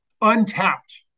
untapped